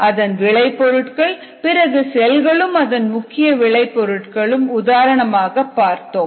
அதன் விளை பொருட்கள் பிறகு செல்களும் அதன் முக்கிய விளை பொருட்களும் உதாரணமாக பார்த்தோம்